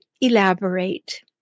elaborate